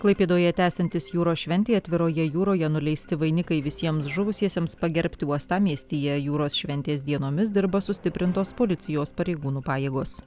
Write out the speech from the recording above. klaipėdoje tęsiantis jūros šventei atviroje jūroje nuleisti vainikai visiems žuvusiesiems pagerbti uostamiestyje jūros šventės dienomis dirba sustiprintos policijos pareigūnų pajėgos